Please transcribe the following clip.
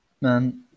man